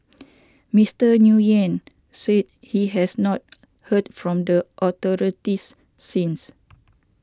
Mister Nguyen said he has not heard from the authorities since